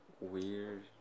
weird